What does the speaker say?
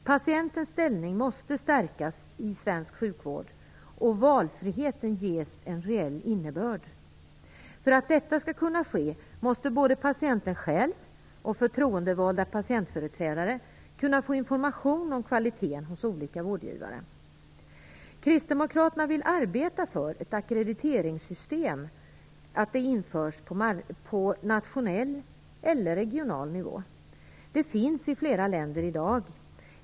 Patientens ställning i svensk sjukvård måste stärkas och valfriheten ges en reell innebörd. För att detta skall kunna ske måste både patienten själv och förtroendevalda patientföreträdare kunna få information om kvaliteten hos olika vårdgivare. Kristdemokraterna vill arbeta för att ett ackrediteringssystem införs på nationell eller regional nivå. Det finns i flera länder i dag.